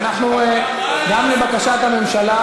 לא רק שייעלמו,